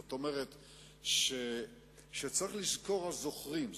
זאת אומרת, כשצריכים לזכור אז זוכרים.